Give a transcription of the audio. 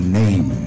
name